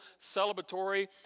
celebratory